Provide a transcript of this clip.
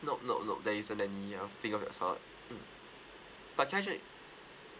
no no no there isn't any of thing of that sort mm but can I check